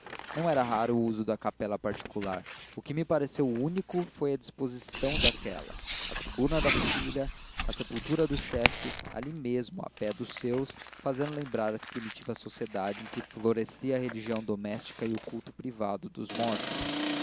não era raro o uso de capela particular o que me pareceu único foi a disposição daquela a tribuna de família a sepultura do chefe ali mesmo ao pé dos seus fazendo lembrar as primitivas sociedades em que florescia a religião doméstica e o culto privado dos mortos